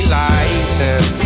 lighten